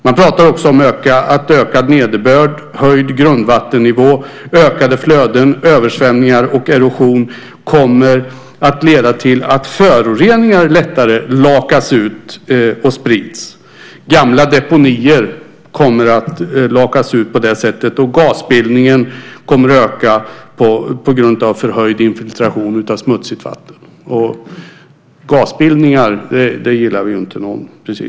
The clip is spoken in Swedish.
Man talar också om att ökad nederbörd, höjd grundvattennivå, ökade flöden, översvämningar och erosion kommer att leda till att föroreningar lättare lakas ut och sprids. Gamla deponier kommer att lakas ut på det sättet. Gasbildningen kommer att öka på grund av förhöjd infiltration av smutsigt vatten, och gasbildningar gillar ju inte någon.